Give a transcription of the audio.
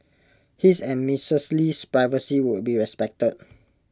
his and Mrs Lee's privacy would be respected